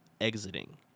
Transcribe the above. exiting